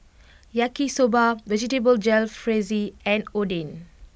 Yaki Soba Vegetable Jalfrezi and Oden